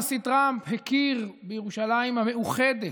הנשיא טראמפ הכיר בירושלים המאוחדת,